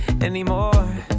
anymore